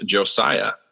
Josiah